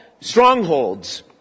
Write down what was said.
strongholds